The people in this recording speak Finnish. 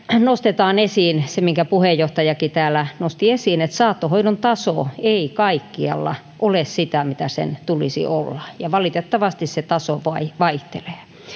nostetaan esiin se minkä puheenjohtajakin täällä nosti esiin että saattohoidon taso ei kaikkialla ole sitä mitä sen tulisi olla ja valitettavasti se taso vaihtelee